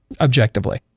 objectively